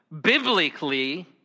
biblically